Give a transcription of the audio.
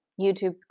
YouTube